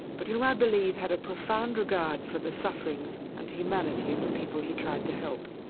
but who i believe had a profound regard for the sufferings and humanity of the people he tried to help.